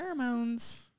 pheromones